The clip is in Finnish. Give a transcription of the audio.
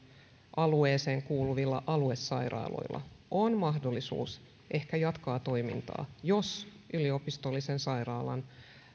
alueeseen kuuluvilla aluesairaaloilla on mahdollisuus ehkä jatkaa toimintaa jos yliopistollisen sairaalan